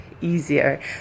easier